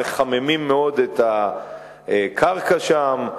מחממים מאוד את הקרקע שם,